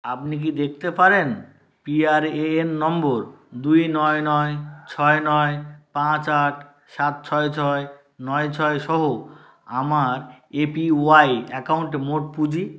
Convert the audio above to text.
আবনি কি দেখতে পারেন পিআরএএন নম্বর দুই নয় নয় ছয় নয় পাঁচ আট সাত ছয় ছয় নয় ছয় সহ আমার এপিওয়াই অ্যাকাউন্টে মোট পুঁজি